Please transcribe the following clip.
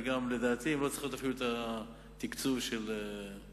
ולדעתי הן אפילו לא צריכות את התקצוב של המדינה.